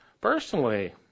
personally